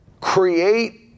create